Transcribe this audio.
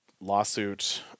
lawsuit